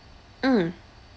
mm